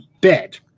bed